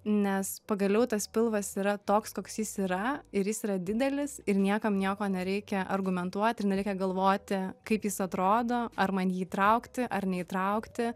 nes pagaliau tas pilvas yra toks koks jis yra ir jis yra didelis ir niekam nieko nereikia argumentuoti ir nereikia galvoti kaip jis atrodo ar man jį įtraukti ar neįtraukti